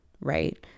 right